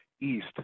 east